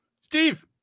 Steve